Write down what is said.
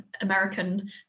American